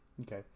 okay